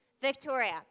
Victoria